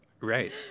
Right